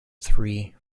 three